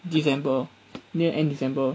december near end december